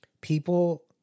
people